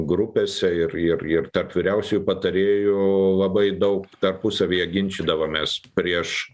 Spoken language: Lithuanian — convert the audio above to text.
grupėse ir ir ir tarp vyriausiųjų patarėjų labai daug tarpusavyje ginčydavomės prieš